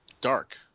dark